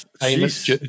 famous